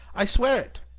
i swear it!